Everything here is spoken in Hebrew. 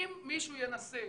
אם מישהו ינסה,